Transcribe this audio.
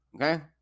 Okay